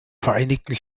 vereinigten